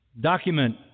document